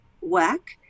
work